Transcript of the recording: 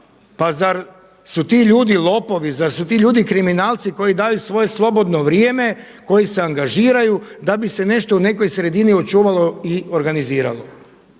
Pa zar su ti ljudi lopovi? Zar su ti ljudi kriminalci koji daju svoje slobodno vrijeme, koji se angažiraju da bi se nešto u nekoj sredini očuvalo i organiziralo.